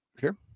Sure